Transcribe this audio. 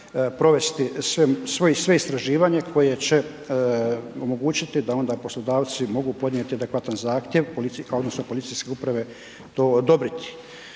provesti sve istraživanje koje će omogućiti da onda poslodavci mogu podnijeti adekvatan zahtjev pa onda policijske uprave to odobriti.